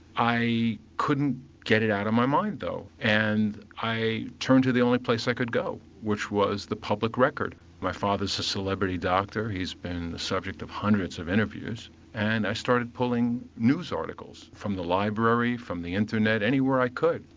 i couldn't get it out of my mind though and i turned to the only place i could go which was the public record. my father is a celebrity doctor, he has been the subject of hundreds of interviews and i started pulling news articles from the library, from the internet, anywhere i could.